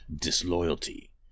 disloyalty